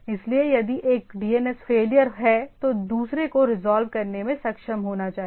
इसलिए यदि एक DNS फेलियर है तो दूसरे को रिजॉल्व करने में सक्षम होना चाहिए